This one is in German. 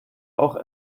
auch